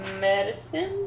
medicine